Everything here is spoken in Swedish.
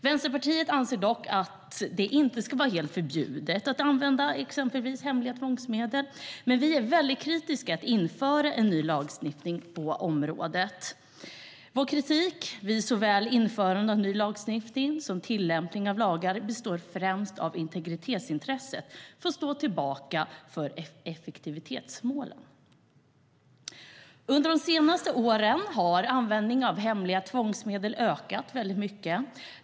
Vänsterpartiet anser dock inte att det ska vara helt förbjudet att använda exempelvis hemliga tvångsmedel, men vi är väldigt kritiska till att införa ny lagstiftning på området. Vår kritik vid såväl införandet av ny lagstiftning som tillämpningen av lagarna består främst av att integritetsintresset får stå tillbaka för effektivitetsmål. Under de senaste åren har användandet av hemliga tvångsmedel ökat väldigt mycket.